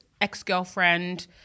ex-girlfriend